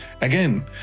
Again